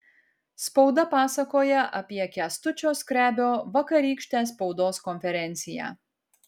spauda pasakoja apie kęstučio skrebio vakarykštę spaudos konferenciją